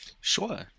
Sure